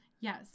Yes